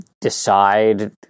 decide